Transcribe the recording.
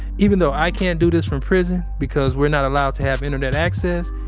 even though i can't do this from prison, because we're not allowed to have internet access,